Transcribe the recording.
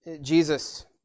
Jesus